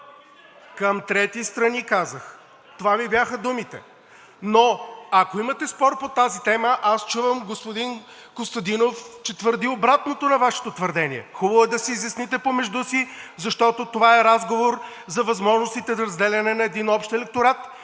Към трети страни казах, това ми бяха думите. Но ако имате спор по тази тема – аз чувам господин Костадинов, че твърди обратното на Вашето твърдение, хубаво е да се изясните помежду си, защото това е разговор за възможностите за разделяне на един общ електорат.